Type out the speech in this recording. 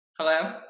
Hello